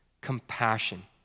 compassion